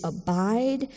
abide